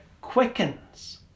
quickens